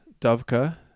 Dovka